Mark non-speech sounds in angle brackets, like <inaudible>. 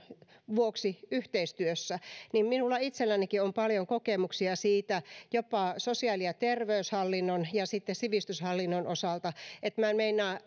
vuoksi yhteistyössä minulla itsellänikin on paljon kokemuksia siitä jopa sosiaali ja terveyshallinnon ja sitten sivistyshallinnon osalta niin ei meinaa <unintelligible>